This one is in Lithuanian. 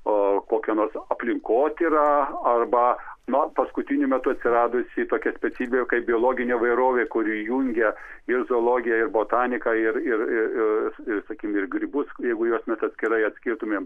o kokia nors aplinkotyra arba na paskutiniu metu atsiradusi tokia specialybė kaip biologinė įvairovė kuri jungia ir zoologiją ir botaniką ir ir sakykim ir grybus jeigu juos mes atskirai atskirtumėm